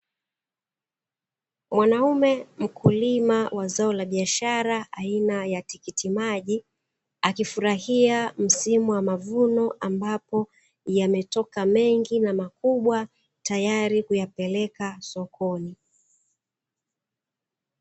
Mwanaume mkulima wa zao la biashara aina ya tikiti maji, akifurahia msimu wa mavuno ambapo yametoka mengi na makubwa, tayari kwa kuyapeleka sokoni.